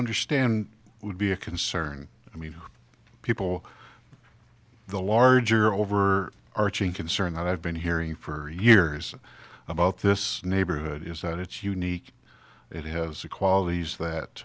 understand would be a concern i mean people the larger over arching concern that i've been hearing for years about this neighborhood is that it's unique it has the qualities